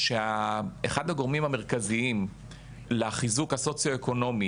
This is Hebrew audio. ההוגים של התכנית הזו,